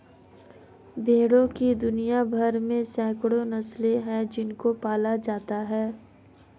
भेड़ों की दुनिया भर में सैकड़ों नस्लें हैं जिनको पाला जाता है